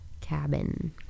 cabin